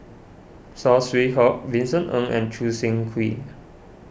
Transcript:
Saw Swee Hock Vincent Ng and Choo Seng Quee